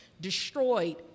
destroyed